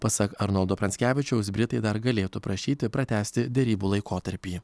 pasak arnoldo pranckevičiaus britai dar galėtų prašyti pratęsti derybų laikotarpį